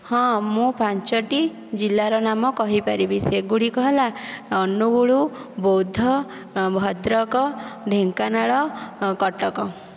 ହଁ ମୁଁ ପାଞ୍ଚଟି ଜିଲ୍ଲାର ନାମ କହିପାରିବି ସେଗୁଡ଼ିକ ହେଲା ଅନୁଗୁଳ ବୌଦ୍ଧ ଭଦ୍ରକ ଢେଙ୍କାନାଳ କଟକ